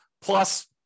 plus